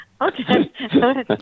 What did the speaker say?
okay